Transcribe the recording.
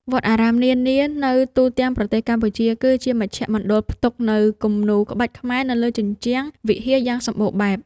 វត្តអារាមនានានៅទូទាំងប្រទេសកម្ពុជា គឺជាមជ្ឈមណ្ឌលផ្ទុកនូវគំនូរក្បាច់ខ្មែរនៅលើជញ្ជាំងវិហារយ៉ាងសំបូរបែប។